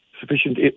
sufficient